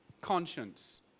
conscience